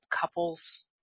couples